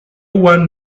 one